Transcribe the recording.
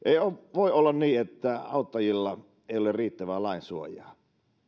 voi olla niin että auttajilla ei ole riittävää lainsuojaa